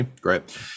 great